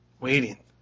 waiting